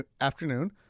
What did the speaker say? afternoon